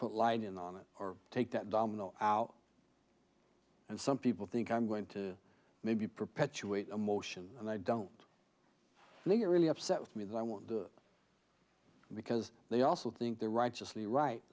put light in on it or take that domino out and some people think i'm going to maybe perpetuate a motion and i don't they are really upset with me that i want to because they also think they're righteously right